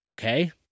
Okay